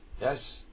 Yes